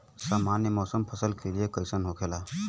सामान्य मौसम फसल के लिए कईसन होखेला?